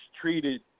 treated